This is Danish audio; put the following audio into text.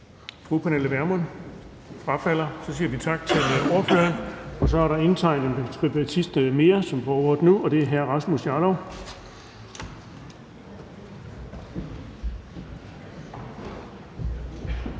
Fru Pernille Vermund? Hun frafalder. Så siger vi tak til ordføreren. Så har der indtegnet sig en privatist mere, som får ordet nu, og det er hr. Rasmus Jarlov.